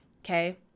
Okay